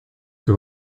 que